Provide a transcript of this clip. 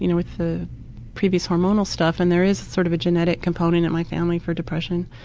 you know with the previous hormonal stuff and there is a sort of a genetic component in my family for depression